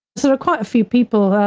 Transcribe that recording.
sort of quite a few people.